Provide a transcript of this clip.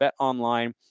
BetOnline